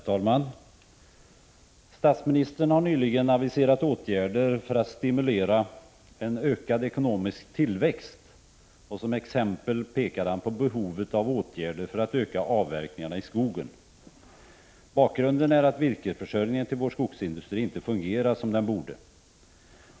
Herr talman! Statsministern har nyligen aviserat åtgärder för att stimulera till ökad ekonomisk tillväxt, och som exempel pekar han på behovet av åtgärder för att öka avverkningarna i skogen. Bakgrunden är att virkesförsörjningen till vår skogsindustri inte fungerar som den borde.